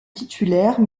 titulaire